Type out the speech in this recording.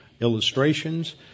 illustrations